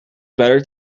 better